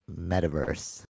metaverse